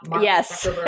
Yes